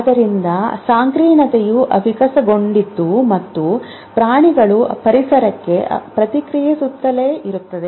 ಆದ್ದರಿಂದ ಸಂಕೀರ್ಣತೆಯು ವಿಕಸನಗೊಂಡಿತು ಮತ್ತು ಪ್ರಾಣಿಗಳು ಪರಿಸರಕ್ಕೆ ಪ್ರತಿಕ್ರಿಯಿಸುತ್ತಲೇ ಇರುತ್ತವೆ